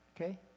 Okay